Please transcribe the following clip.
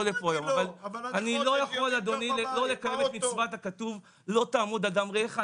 אבל אני לא יכול אדוני לא לקיים את מצוות הכתוב לא תעמוד על דם רעך.